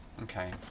Okay